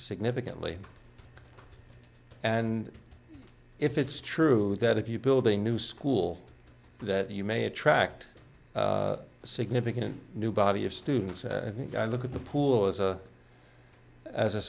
significantly and if it's true that if you build a new school that you may attract significant new body of students look at the pool as a as a